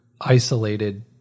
isolated